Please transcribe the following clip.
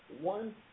One